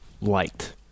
liked